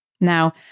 Now